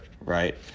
right